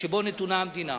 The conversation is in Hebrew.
שבו נתונה המדינה.